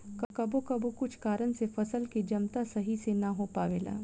कबो कबो कुछ कारन से फसल के जमता सही से ना हो पावेला